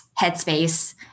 Headspace